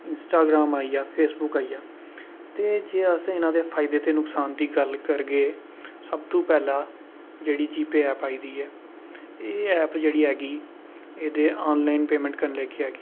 Instagram आई गेआ Facebook आई गेआ ते जे अस इना दे फायदे ते नुकसान दी गल्ल करगे सबतूं पैह्ला जेह्ड़ी जी पे ऐप आई दी ऐ एह् ऐप जेह्ड़ी हैगी एहदे आनलाइन पेमेंट करने गी हैगी